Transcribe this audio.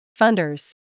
Funders